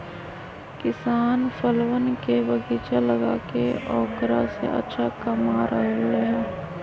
किसान फलवन के बगीचा लगाके औकरा से अच्छा कमा रहले है